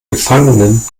gefangenen